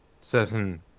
certain